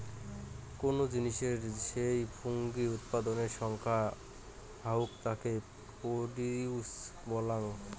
কোনো জিনিসের যেই ফুঙ্গি উৎপাদনের সংখ্যা হউক তাকে প্রডিউস বলাঙ্গ